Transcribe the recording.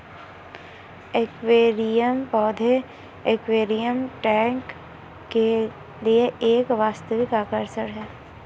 aquarium पौधे aquarium tank के लिए एक वास्तविक आकर्षण है